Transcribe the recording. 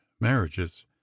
marriages